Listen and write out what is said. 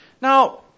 Now